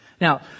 Now